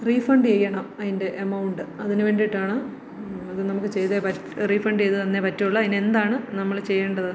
refund ചെയ്യണം അതിന്റെ amount അതിന് വേണ്ടിയിട്ടാണ് അത് നമുക്ക് ചെയ്തേ പറ്റൂ റീഫണ്ട് ചെയ്തു തന്നേ പറ്റുകയുള്ളു അതിന് എന്താണ് നമ്മൾ ചെയ്യേണ്ടത്